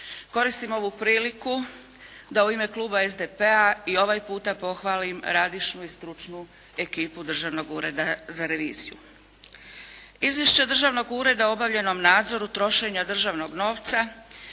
Koristim ovu priliku da u ime kluba SDP-a i ovaj puta pohvalim radišnu i stručnu ekipu Državnog ureda za reviziju. Izvješće državnog ureda o obavljenom nadzoru trošenja državnog novca